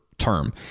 term